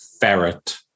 ferret